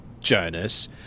Jonas